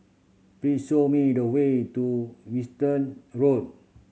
please show me the way to Winstedt Road